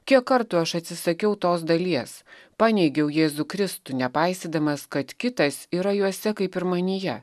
kiek kartų aš atsisakiau tos dalies paneigiau jėzų kristų nepaisydamas kad kitas yra juose kaip ir manyje